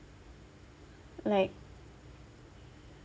like